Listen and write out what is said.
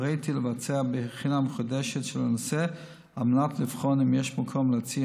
הוריתי לבצע בחינה מחודשת של הנושא על מנת לבחון אם יש מקום להוציא